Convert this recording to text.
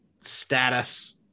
status